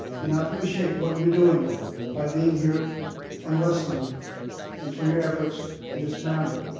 and i appreciate what you're doing by being here and listening and for your efforts in this matter,